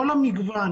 כל המגוון,